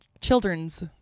children's